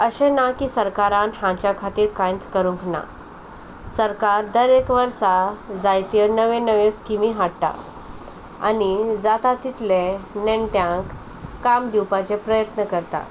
अशें ना की सरकारान हांच्या खातीर कांयच करूंक ना सरकार दर एक वर्सा जायत्यो नव्यो नव्यो स्किमी हाडटा आनी जाता तितले नेण्ट्यांक काम दिवपाचे प्रयत्न करता